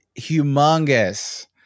Humongous